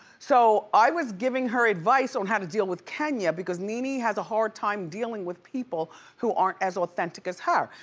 so, i was giving her advice on how to deal with kenya because nene has a hard time dealing with people who aren't as authentic as her.